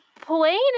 plain